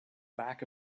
back